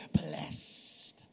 blessed